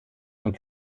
und